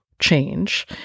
change